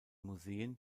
museen